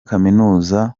kaminuza